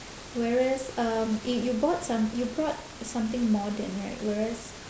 whereas um i~ you bought some~ you bought something modern right whereas